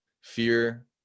fear